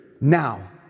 now